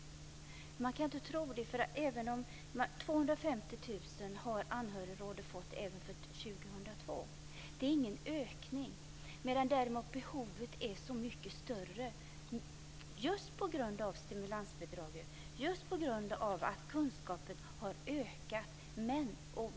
Det går inte att tro det. Anhörigrådet har fått 250 000 kr för 2002. Det är ingen ökning. Men behovet är så mycket större, just på grund av stimulansbidraget och att kunskaperna har ökat.